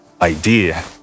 idea